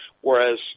whereas